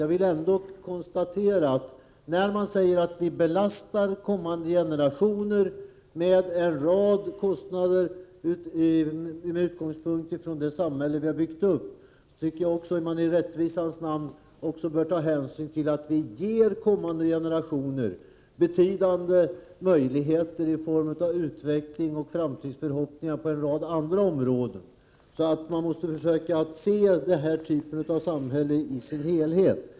Jag tycker ändå att när man, med utgångspunkt i det samhälle vi har byggt upp, säger att vi belastar kommande generationer med en rad kostnader, så bör man i rättvisans namn också ta hänsyn till att vi ger kommande generationer betydande möjligheter i form av utveckling och framtidsförhoppningar på en rad andra områden. Man måste försöka se den här typen av samhälle i dess helhet.